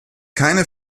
keine